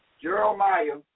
Jeremiah